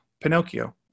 Pinocchio